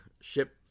ship